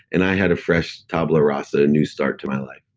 and i had a fresh tabula rasa, a new start to my life